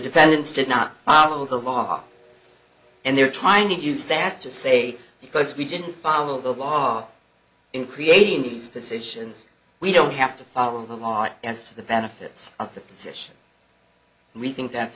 dependents did not follow the law and they're trying to use that to say because we didn't follow the law in creating these decisions we don't have to follow the law as to the benefits of th